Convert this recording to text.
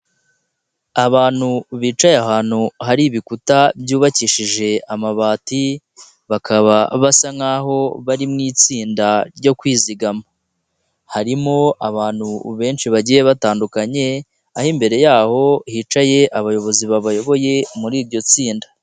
Abantu bicaye ahantu hari ibikuta byubakishije amabati, bakaba basa nk'aho bari mu itsinda ryo kwizigama, harimo abantu benshi bagiye batandukanye, aho imbere ya hicaye abayobozi babayoboye muri iryo tsinda.